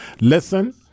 Listen